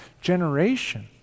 generation